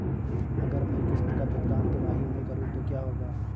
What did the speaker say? अगर मैं किश्त का भुगतान तिमाही में करूं तो क्या होगा?